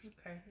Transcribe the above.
Okay